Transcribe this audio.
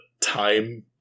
time